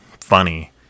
funny